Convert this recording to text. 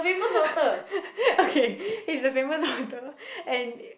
okay he's a famous author and